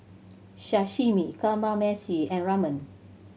Sashimi Kamameshi and Ramen